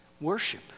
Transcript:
worship